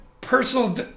personal